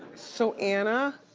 so anna.